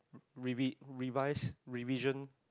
revi~ revise revision